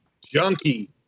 junkie